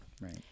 Right